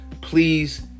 please